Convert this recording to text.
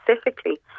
specifically